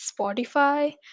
Spotify